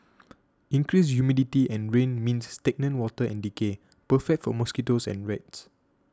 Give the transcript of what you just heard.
increased humidity and rain means stagnant water and decay perfect for mosquitoes and rats